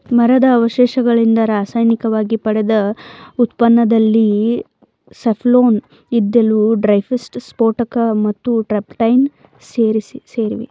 ಮರದ ಅವಶೇಷದಿಂದ ರಾಸಾಯನಿಕವಾಗಿ ಪಡೆದ ಉತ್ಪನ್ನದಲ್ಲಿ ಸೆಲ್ಲೋಫೇನ್ ಇದ್ದಿಲು ಡೈಸ್ಟಫ್ ಸ್ಫೋಟಕ ಮತ್ತು ಟರ್ಪಂಟೈನ್ ಸೇರಿವೆ